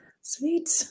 sweet